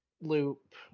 loop